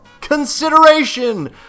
Consideration